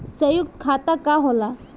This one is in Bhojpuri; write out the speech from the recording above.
सयुक्त खाता का होला?